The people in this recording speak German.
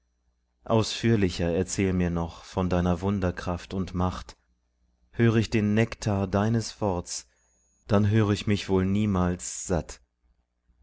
ausführlicher erzähl mir noch von deiner wunderkraft und macht hör ich den nektar deines wort's dann hör ich mich wohl niemals satt